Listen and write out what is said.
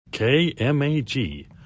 K-M-A-G